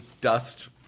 dust